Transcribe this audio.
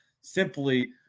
simply